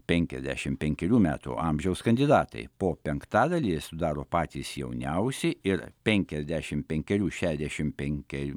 penkiasdešim penkerių metų amžiaus kandidatai po penktadalį sudaro patys jauniausi ir penkiasdešim penkerių šešiasdešim penkerių